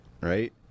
right